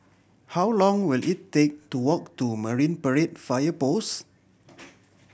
how long will it take to walk to Marine Parade Fire Post